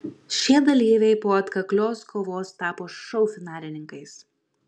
šie dalyviai po atkaklios kovos tapo šou finalininkais